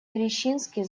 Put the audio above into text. рищински